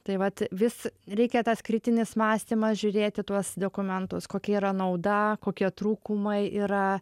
tai vat vis reikia tas kritinis mąstymas žiūrėti tuos dokumentus kokia yra nauda kokie trūkumai yra